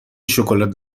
شکلات